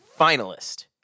finalist